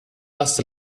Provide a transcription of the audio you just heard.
lost